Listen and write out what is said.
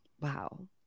Wow